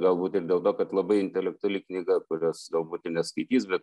galbūt ir dėl to kad labai intelektuali knyga kurios galbūt ir neskaitys bet